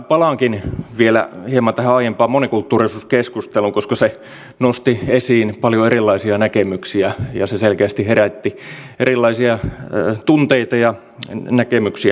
palaankin vielä hieman tähän aiempaan monikulttuurisuuskeskusteluun koska se nosti esiin paljon erilaisia näkemyksiä ja se selkeästi herätti erilaisia tunteita ja näkemyksiä ihmisissä